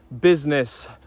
business